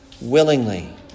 willingly